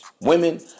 Women